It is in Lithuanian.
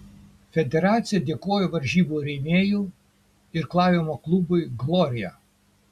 federacija dėkoja varžybų rėmėjui irklavimo klubui glorija